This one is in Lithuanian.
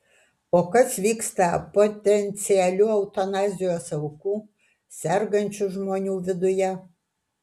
o kas vyksta potencialių eutanazijos aukų sergančių žmonių viduje